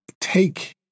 take